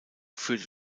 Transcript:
führte